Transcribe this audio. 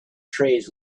trays